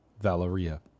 Valeria